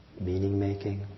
meaning-making